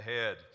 ahead